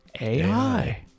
AI